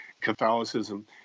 Catholicism